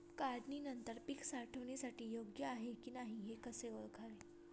काढणी नंतर पीक साठवणीसाठी योग्य आहे की नाही कसे ओळखावे?